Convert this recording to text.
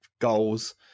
Goals